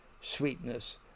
sweetness